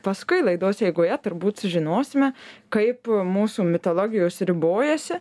paskui laidos eigoje turbūt žinosime kaip mūsų mitologijos ribojasi